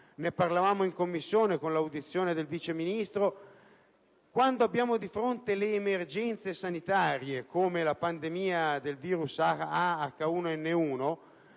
ne parlavamo in Commissione in sede di audizione del Vice Ministro. Quando abbiamo di fronte le emergenze sanitarie come la pandemia del virus A/H1N1